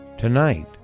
Tonight